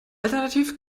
alternativ